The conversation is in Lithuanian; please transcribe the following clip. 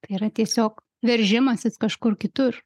tai yra tiesiog veržimasis kažkur kitur